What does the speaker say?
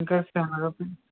ఇంకా సెనగపిండి